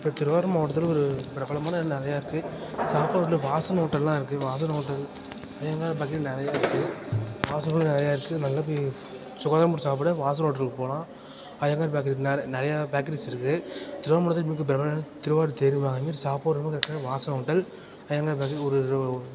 இப்போ திருவாரூர் மாவட்டத்தில் ஒரு பிரபலமான இது நிறையா இருக்குது சாப்பாடு வந்து வாசன் ஹோட்டலெல்லாம் இருக்குது வாசன் ஹோட்டல் ஐயங்கார் பேக்கிரி நிறையா இருக்குது நிறையா இருக்குது நல்லா போய் சாப்பிட வாசன் ஹோட்டலுக்கு போகலாம் ஐயங்கார் பேக்கிரி நெற நிறையா பேக்கிரிஸ் இருக்குது திருவாரூர் மாவட்டத்தில் மிக பிரபலமானது திருவாரூர் தேருன்னு சொல்வாங்கள் அதேமாதிரி சாப்பாடுனு கேட்டால் வாசன் ஹோட்டல் ஐயங்கார் பேக்கிரி ஒரு ரோ